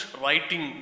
writing